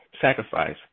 sacrifice